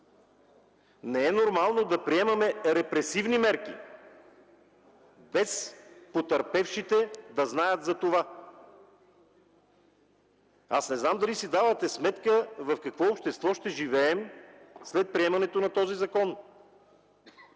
Не е нормално да приемаме репресивни мерки, без потърпевшите да знаят за това. Не знам дали си давате сметка в какво общество ще живеем след приемането на този закон?